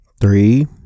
Three